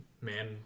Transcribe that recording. man